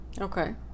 Okay